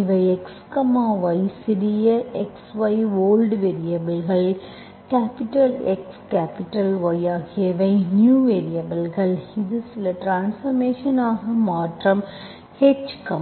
இவை x y சிறிய x y old வேரியபல்கள் கேப்பிடல் X கேப்பிடல் Y ஆகியவை நியூ வேரியபல்கள் இது சில ட்ரான்ஸ்பார்மேஷன் ஆக மாற்றம் hk